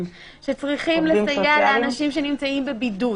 שצריכים לסייע לאנשים שנמצאים בבידוד.